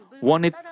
wanted